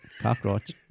Cockroach